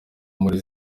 muri